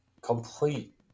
complete